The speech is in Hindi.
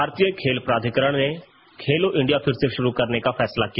भारतीय खेल प्राधिकरण ने खेलो इंडिया फिर से शुरू करने का फैसला किया